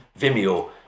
Vimeo